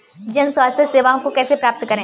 जन स्वास्थ्य सेवाओं को कैसे प्राप्त करें?